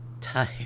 Tired